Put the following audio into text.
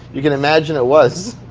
you can imagine it was.